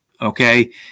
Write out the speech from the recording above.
okay